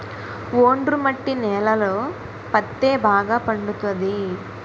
ఒండ్రు మట్టి నేలలలో పత్తే బాగా పండుతది